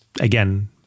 again